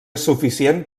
suficient